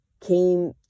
came